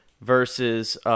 versus